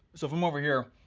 so from over here,